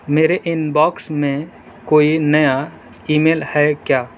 میرے inbox میں کوئی نیا اِی میل ہے کیا